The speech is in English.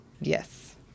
Yes